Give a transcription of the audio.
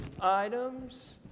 items